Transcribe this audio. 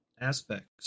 aspects